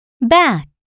back